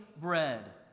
bread